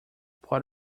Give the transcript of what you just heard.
part